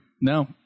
No